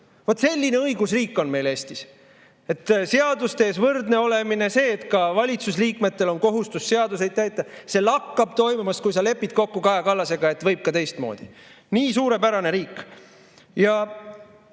Vot selline õigusriik on meil Eestis! Seaduste ees võrdne olemine, see, et ka valitsuse liikmetel on kohustus seadusi täita – see lakkab toimimast, kui sa lepid kokku Kaja Kallasega, et võib ka teistmoodi. Nii suurepärane riik! Ja